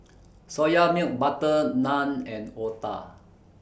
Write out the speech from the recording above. Soya Milk Butter Naan and Otah